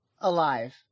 alive